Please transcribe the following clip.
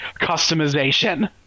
customization